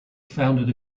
founded